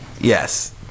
yes